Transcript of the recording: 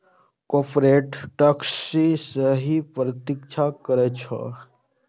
corporate tax सेहो प्रत्यक्ष कर छियै